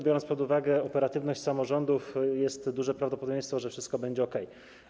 Biorąc pod uwagę operatywność samorządów, jest duże prawdopodobieństwo, że wszystko będzie okej.